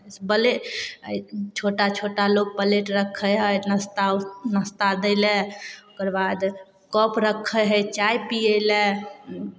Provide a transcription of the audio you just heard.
बले छोटा छोटा लोक प्लेट रखै हइ नाश्ता उश नाश्ता दय लेल ओकर बाद कप रखैत हइ चाय पियै लेल